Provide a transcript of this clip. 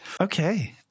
Okay